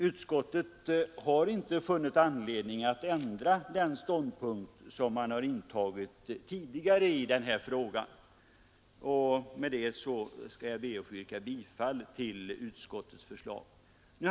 Utskottet har inte funnit anledning att ändra den ståndpunkt som det tidigare intagit i denna fråga, och jag ber, herr talman, att få yrka bifall till utskottets hemställan.